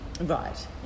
right